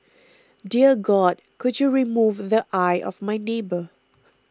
dear God could you remove the eye of my neighbour